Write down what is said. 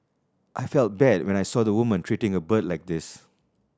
I felt bad when I saw the woman treating a bird like this